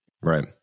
Right